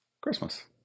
Christmas